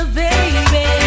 baby